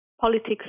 politics